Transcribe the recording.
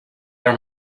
are